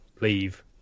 leave